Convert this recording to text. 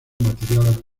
material